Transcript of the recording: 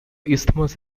isthmus